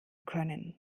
können